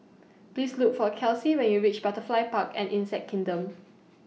Please Look For Kelsie when YOU REACH Butterfly Park and Insect Kingdom